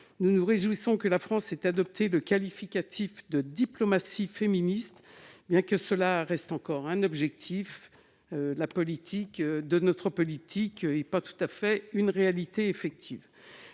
Nous nous réjouissons que la France ait adopté le qualificatif de diplomatie « féministe », bien que cela reste encore un objectif de notre politique et ne soit pas tout à fait une réalité effective.